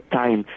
time